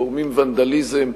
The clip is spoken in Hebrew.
גורמים ונדליזם,